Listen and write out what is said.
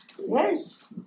Yes